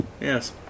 Yes